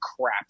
crap